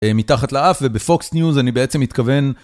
מתחת לאף, ובפוקס ניוז אני בעצם מתכוון...